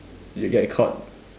you get caught